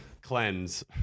cleanse